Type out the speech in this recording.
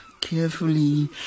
Carefully